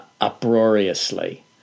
uproariously